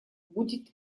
будет